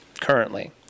currently